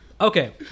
Okay